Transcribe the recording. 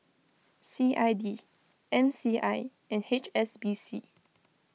C I D M C I and H S B C